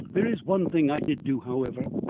there is one thing i did do, however.